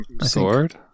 Sword